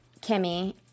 Kimmy